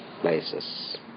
places